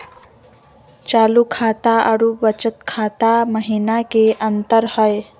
चालू खाता अरू बचत खाता महिना की अंतर हई?